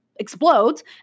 explodes